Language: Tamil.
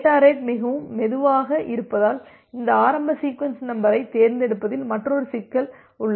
டேட்டா ரேட் மிகவும் மெதுவாக இருப்பதால் இந்த ஆரம்ப சீக்வென்ஸ் நம்பரைத் தேர்ந்தெடுப்பதில் மற்றொரு சிக்கல் உள்ளது